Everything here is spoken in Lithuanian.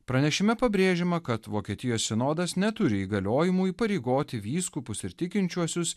pranešime pabrėžiama kad vokietijos sinodas neturi įgaliojimų įpareigoti vyskupus ir tikinčiuosius